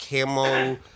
Camo